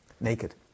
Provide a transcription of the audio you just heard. Naked